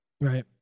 Right